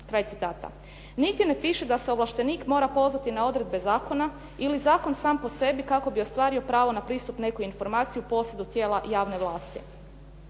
Kraj citata. Nigdje ne piše da se ovlaštenik mora pozvati na odredbe zakona ili zakon sam po sebi kako bi ostvario pravo na pristup nekoj informaciji u posjedu tijela javne vlasti.